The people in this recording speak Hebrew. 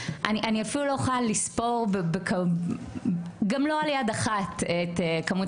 אני אפילו לא יכולה לספור גם לא על יד אחת את כמות